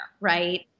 right